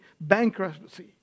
bankruptcy